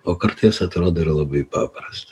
o kartais atrodo ir labai paprasta